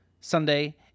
Sunday